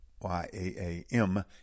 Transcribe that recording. Y-A-A-M